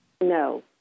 No